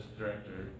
director